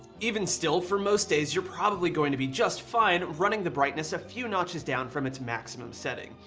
even still, for most days you're probably going to be just fine running the brightness a few notches down from its maximum setting.